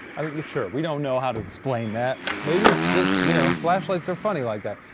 i mean sure, we don't know how to explain that. maybe it's just, you know, flashlights are funny like that.